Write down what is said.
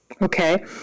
Okay